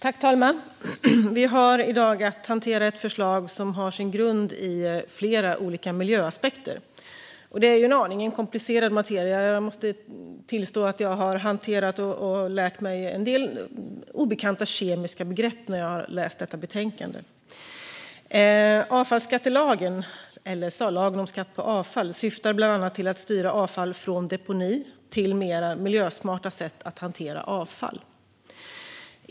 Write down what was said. Fru talman! Vi har i dag att hantera ett förslag som har sin grund i flera olika miljöaspekter. Det är en aning komplicerad materia. Jag måste tillstå att jag har hanterat och lärt mig en del för mig tidigare obekanta kemiska begrepp när jag läst detta betänkande. LSA, lagen om skatt på avfall, syftar bland annat till att styra avfall från deponi till mer miljösmarta sätt att hantera avfall.